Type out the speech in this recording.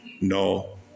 No